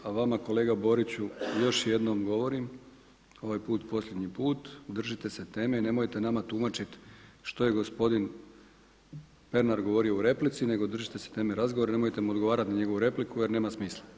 A vama kolega Boriću još jednom govorim ovaj put posljednji put držite se teme i nemojte nama tumačiti što je gospodin Pernar govorio u replici, nego držite se teme razgovora i nemojte mu odgovarati na njegovu repliku jer nema smisla.